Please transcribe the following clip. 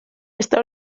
està